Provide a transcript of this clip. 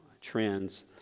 trends